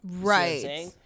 right